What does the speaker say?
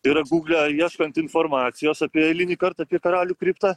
ir gūgle ieškant informacijos apie eilinį kart apie karalių kriptą